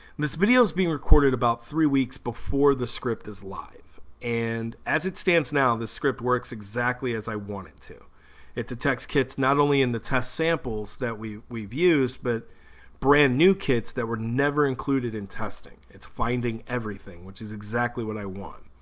this video is being recorded about three weeks before the script is live and as it stands now this script works exactly as i wanted to it's a text kits not only in the test samples that we we've used but brand new kits that were never included in testing. finding everything which is exactly what i want